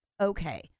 okay